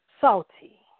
salty